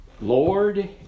Lord